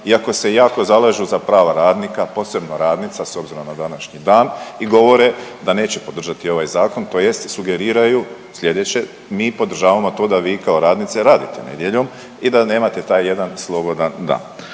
iako se jako zalažu za prava radnika, posebno radnica s obzirom na današnji dan i govore da neće podržati ovaj zakon tj. sugeriraju slijedeće, mi podržavamo to da vi kao radnice radite nedjeljom i da nemate taj jedan slobodan dan.